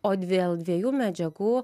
o dvėl dviejų medžiagų